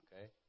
okay